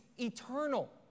eternal